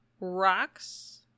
rocks